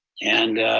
and